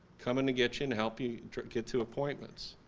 coming to get you and help you get to appointments.